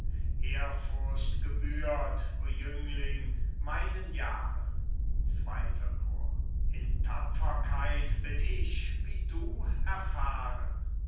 ehrfurcht gebührt o jüngling meinen jahren zweiter chor bohemund in tapferkeit bin ich wie du erfahren